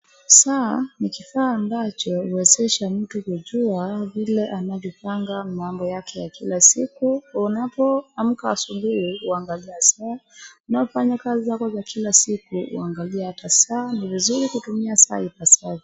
Saa ni kifaa ambacho huwezesha mtu kujua vile anavyopanga mambo yake ya kila siku. Unapoamka asubuhi huangalia saa, unaofanya kazi zako za kila siku huangalia ata saa. Ni vizuri kutumia saa ipasavyo.